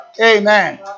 Amen